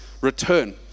return